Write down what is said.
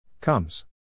Comes